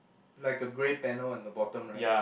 like a grey panel on the bottom right